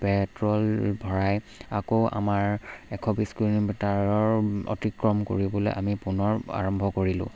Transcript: petrol ভৰাই আকৌ আমাৰ এশ বিছ কিলোমিটাৰৰ অতিক্ৰম কৰিবলৈ আমি পুনৰ আৰম্ভ কৰিলো